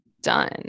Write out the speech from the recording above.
done